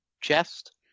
chest